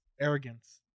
arrogance